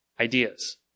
Ideas